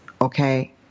Okay